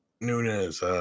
Nunez